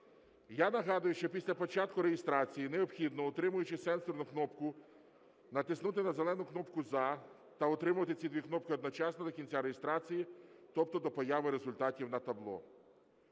Я нагадую, що після початку реєстрації необхідно, утримуючи сенсорну кнопку, натиснути на зелену кнопку "За" та утримувати ці дві кнопки одночасно до кінця реєстрації, тобто до появи результатів на табло.